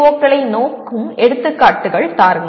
க்களை நோக்கும் எடுத்துக்காட்டுகள் தாருங்கள்